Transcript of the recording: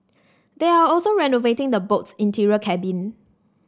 they are also renovating the boat's interior cabin